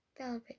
velvet